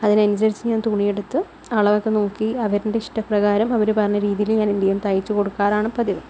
അതിനനുസരിച്ച് ഞാൻ തുണിയെടുത്ത് അളവൊക്കെ നോക്കി അവരിൻ്റെ ഇഷ്ടപ്രകാരം അവര് പറഞ്ഞ രീതിയില് ഞാനെന്ത് ചെയ്യും തയ്ച്ചു കൊടുക്കാറാണ് പതിവ്